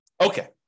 Okay